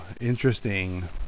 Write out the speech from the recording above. Interesting